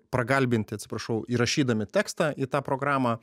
prakalbinti atsiprašau įrašydami tekstą į tą programą